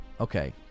Okay